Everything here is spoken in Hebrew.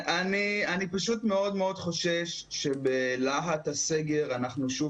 אני פשוט מאוד מאוד חושש שבלהט הסגר אנחנו שוב